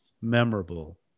memorable